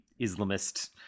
Islamist